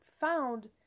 found